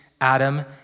Adam